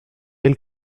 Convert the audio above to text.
elle